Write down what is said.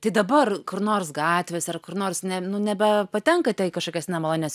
tai dabar kur nors gatvėse ar kur nors ne nu nebepatenkate į kažkokias nemalonias